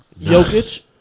Jokic